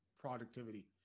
productivity